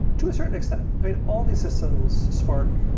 to a certain extent. i mean, all these systems, spark,